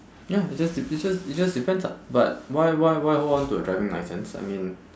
ya it just de~ it just it just depends ah but why why why hold on to a driving licence I mean